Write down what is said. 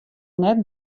net